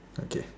okay